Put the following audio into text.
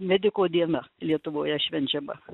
mediko diena lietuvoje švenčiama